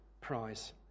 prize